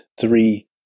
three